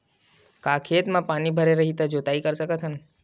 का खेत म पानी भरे रही त जोताई कर सकत हन?